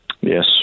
Yes